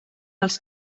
els